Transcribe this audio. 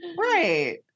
right